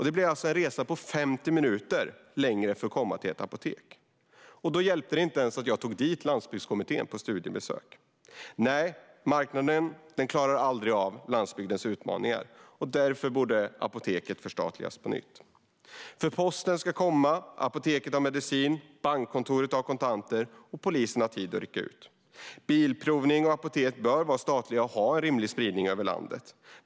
Detta innebär en 50 minuter längre resa för att komma till ett apotek. Det hjälpte inte ens att jag tog dit Landsbygdskommittén på studiebesök. Nej - marknaden klarar aldrig av landsbygdens utmaningar. Därför borde Apoteket förstatligats på nytt. Posten ska komma, apoteket ska ha medicin, bankkontoret ska ha kontanter och polisen ska ha tid att rycka ut. Bilprovning och apotek ska vara statliga och ha en rimlig spridning över landet.